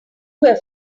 were